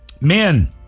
men